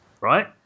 Right